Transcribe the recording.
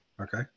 Okay